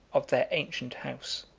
of their ancient house.